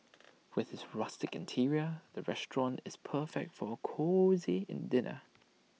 with its rustic interior the restaurant is perfect for A cosy in dinner